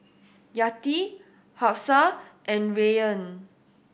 Yati Hafsa and Rayyan